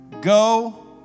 go